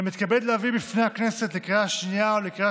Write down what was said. אני מתכבד להביא בפני הכנסת לקריאה שנייה ולקריאה